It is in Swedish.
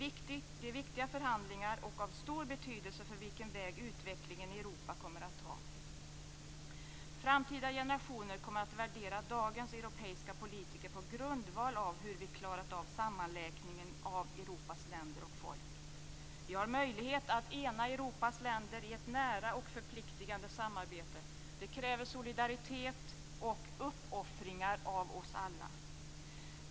Det är viktiga förhandlingar som är av stor betydelse för vilken väg utvecklingen i Europa kommer att ta. Framtida generationer kommer att värdera dagens europeiska politiker på grundval av hur vi har klarat av sammanlänkningen av Europas länder och folk. Vi har möjlighet att ena Europas länder i ett nära och förpliktigande samarbete. Det kräver solidaritet och uppoffringar av oss alla.